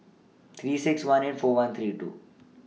three six one eight four one three two